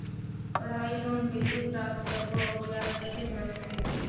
पढ़ाई लोन कइसे प्राप्त करबो अउ ब्याज कतेक लगथे?